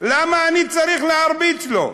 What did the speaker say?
למה אני צריך להרביץ לו.